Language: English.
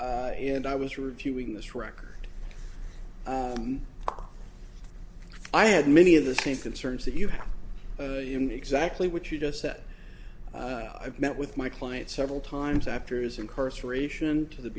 t and i was reviewing this record i had many of the same concerns that you had exactly what you just said i've met with my client several times after his incarceration to the